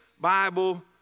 Bible